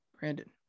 Brandon